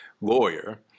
lawyer